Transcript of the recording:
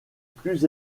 plus